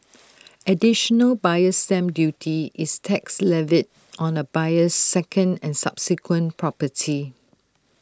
additional buyer's stamp duty is tax levied on A buyer's second and subsequent property